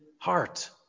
Heart